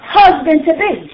husband-to-be